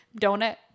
donut